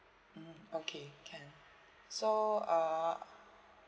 mm okay can so uh